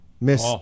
miss